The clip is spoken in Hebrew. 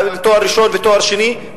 תואר ראשון ותואר שני,